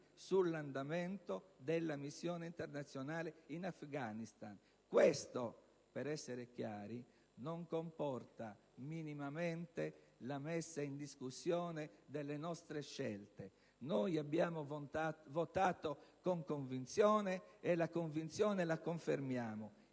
sull'andamento della missione internazionale in Afghanistan. Questo, per essere chiari, non comporta minimamente la messa in discussione delle nostre scelte. Noi abbiamo votato con convinzione, e la convinzione la confermiamo.